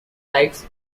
likes